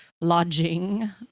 lodging